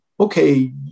okay